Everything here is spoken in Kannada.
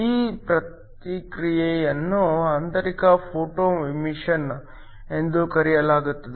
ಈ ಪ್ರಕ್ರಿಯೆಯನ್ನು ಆಂತರಿಕ ಫೋಟೊಮಿಶನ್ ಎಂದು ಕರೆಯಲಾಗುತ್ತದೆ